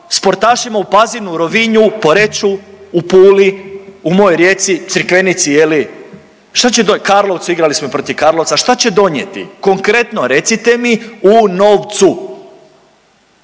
sportašima u Pazinu, Rovinju, Poreču, u Puli u mojoj Rijeci, Crikvenici, šta će, Karlovcu, igrali smo protiv Karlovaca, šta će donijeti? Konkretno recite mi u novcu.